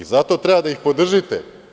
Zato treba da ih podržite.